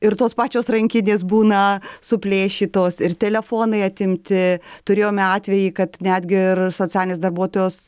ir tos pačios rankinės būna suplėšytos ir telefonai atimti turėjome atvejį kad netgi ir socialinės darbuotojos